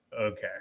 okay